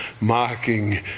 mocking